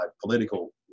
political